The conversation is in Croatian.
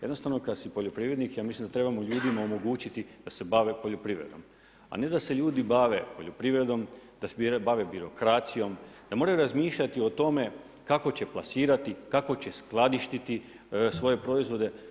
Jedno kada si poljoprivrednik ja mislim da trebamo ljudima omogućiti da se bave poljoprivredom, a ne da se ljudi bave poljoprivredom, da se bave birokracijom, da moraju razmišljati o tome kako će plasirati, kako će skladištiti svoje proizvode.